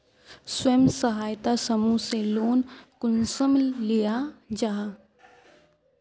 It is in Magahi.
स्वयं सहायता समूह से लोन कुंसम लिया जाहा?